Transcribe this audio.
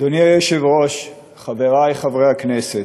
אדוני היושב-ראש, חברי חברי הכנסת,